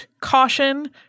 Caution